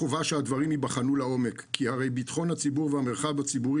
חובה שהדברים ייבחנו לעומק כי הרי ביטחון הציבור והמרחב הציבורי